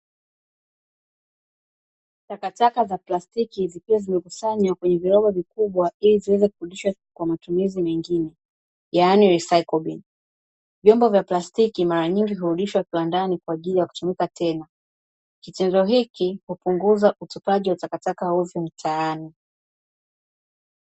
Takataka za plastiki zikiwa zimekusanywa kwenye viroba vikubwa, ili ziweze kurudishwa kwa matumizi mengine, yaani risaikolin, Vyombo vya plastiki mara nyingi hurudishwa viwandani kwa ajili ya kutumika tena, kitendo hiki hupunguza utupaji wa takataka hovyo mitaani.